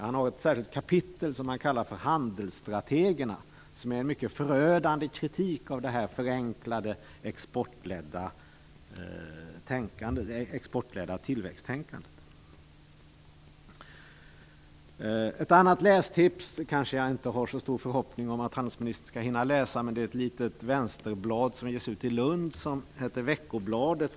Han har ett särskilt kapitel som han kallar för Handelsstrategerna, som är en mycket förödande kritik av detta förenklade exportledda tillväxttänkande. Ett annat lästips - som jag inte har så stor förhoppning om att handelsministern skall hinna läsa - är ett litet vänsterblad som ges ut i Lund och som heter Veckobladet.